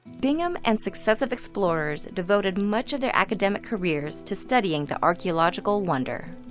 bingham and successive explorers devoted much of their academic careers to studying the archeological wonder.